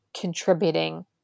contributing